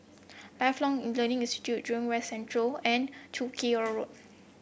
Lifelong in Learning Institute Jurong West Central and Chiku Road